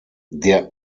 der